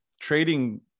trading